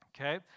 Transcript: Okay